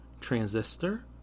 transistor